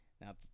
Now